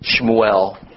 Shmuel